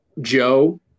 Joe